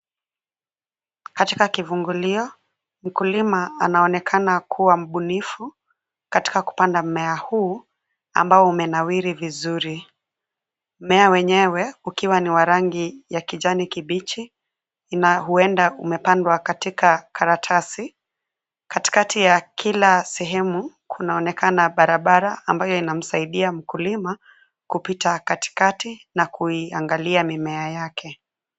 Katika kivungulio mkulima anaonekana kuwa mbunifu katika kupanda mmea huu ambao umenawiri vizuri, mmea wenyewe ukiwa ni wa rangi ya kijani kibichi na huenda umepandwa katika karatasi. Katikati ya kila sehemu, kunaonekana barabara ambayo inamsaidia mkulima kupita katikati na kuiangalia mimea yake.